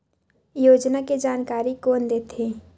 योजना के जानकारी कोन दे थे?